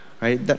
right